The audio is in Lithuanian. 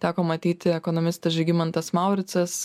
teko matyti ekonomistas žygimantas mauricas